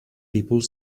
people